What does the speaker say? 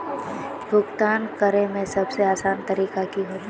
भुगतान करे में सबसे आसान तरीका की होते?